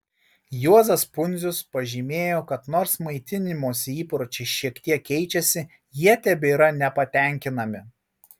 juozas pundzius pažymėjo kad nors maitinimosi įpročiai šiek tek keičiasi jie tebėra nepatenkinami